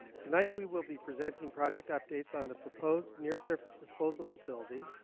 tonight we will be presenting project updates on the proposed near surface disposal facility,